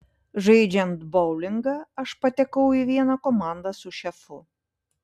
žaidžiant boulingą aš patekau į vieną komandą su šefu